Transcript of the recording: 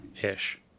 ish